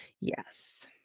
Yes